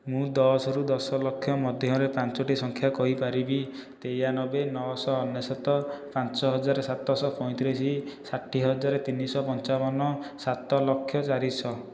ମୁଁ ଦଶରୁ ଦଶଲକ୍ଷ ମଧ୍ୟରେ ପାଞ୍ଚୋଟି ସଂଖ୍ୟା କହିପାରିବି ତେୟାନବେ ନଅଶହ ଅନେଶତ ପାଞ୍ଚହଜାର ସାତଶହ ପଇଁତିରିଶ ଷାଠିଏ ହଜାର ତିନିଶହ ପଞ୍ଚାବନ ସାତଲକ୍ଷ ଚାରିଶହ